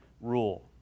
rule